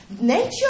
Nature